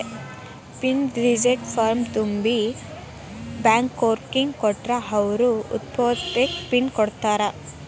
pin reset ಫಾರ್ಮ್ನ ತುಂಬಿ ಬ್ಯಾಂಕ್ನೋರಿಗ್ ಕೊಟ್ರ ಅವ್ರು ತಾತ್ಪೂರ್ತೆಕ ಪಿನ್ ಕೊಡ್ತಾರಾ